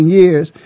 years